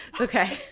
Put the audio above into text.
Okay